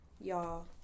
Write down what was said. y'all